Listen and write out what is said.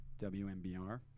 WMBR